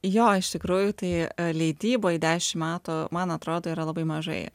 jo iš tikrųjų tai leidyboj dešim metų man atrodo yra labai mažai